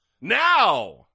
now